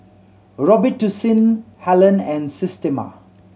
Robitussin Helen and Systema